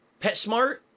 PetSmart